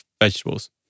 vegetables